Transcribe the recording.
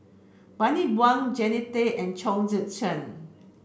Bani Buang Jannie Tay and Chong Tze Chien